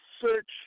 Search